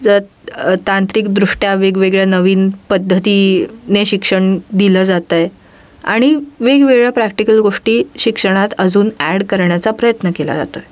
ज तांत्रिकदृष्ट्या वेगवेगळ्या नवीन पद्धती ने शिक्षण दिलं जात आहे आणि वेगवेगळ्या प्रॅक्टिकल गोष्टी शिक्षणात अजून ॲड करण्याचा प्रयत्न केला जातो आहे